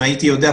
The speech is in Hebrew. אם הייתי יודע,